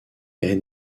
est